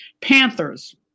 Panthers